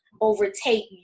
overtake